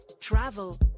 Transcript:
travel